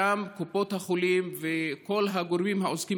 ושם קופות החולים וכל הגורמים העוסקים